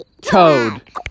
Toad